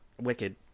wicked